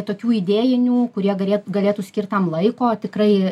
tokių idėjinių kurie galėt galėtų skirt tam laiko tikrai